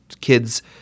kids